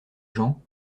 gens